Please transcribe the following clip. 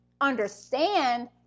understand